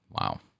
Wow